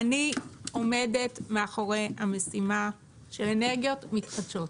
אני עומדת מאחורי המשימה של אנרגיות מתחדשות.